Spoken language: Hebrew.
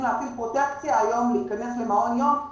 להפעיל פרוטקציה היום להיכנס למעון יום,